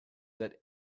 that